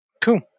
Cool